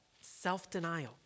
self-denial